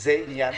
זה עניין